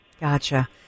Gotcha